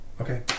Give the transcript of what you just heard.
Okay